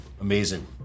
amazing